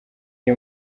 iri